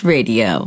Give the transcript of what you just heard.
Radio